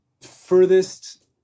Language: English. furthest